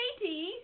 Katie